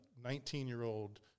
19-year-old